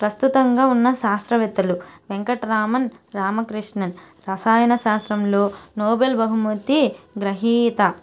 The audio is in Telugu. ప్రస్తుతంగా ఉన్న శాస్త్రవేత్తలు వెంకట రామన్ రామకృష్ణన్ రసాయన శాస్త్రంలో నోబెల్ బహుమూతి గ్రహీత